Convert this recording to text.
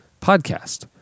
podcast